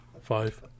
five